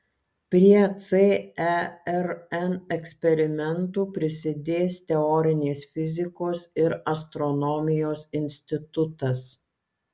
prie cern eksperimentų prisidės teorinės fizikos ir astronomijos institutas